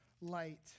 light